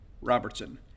Robertson